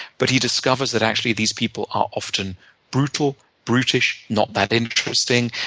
but he discovers that actually, these people are often brutal, brutish, not that interesting,